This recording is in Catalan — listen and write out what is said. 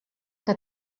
que